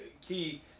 key